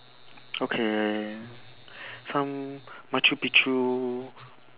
okay some machu picchu